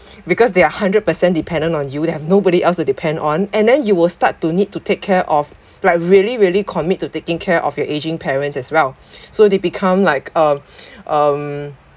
because there are hundred percent dependent on you they have nobody else to depend on and then you will start to need to take care of like really really commit to taking care of your aging parents as well so they become like a um